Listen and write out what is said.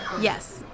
Yes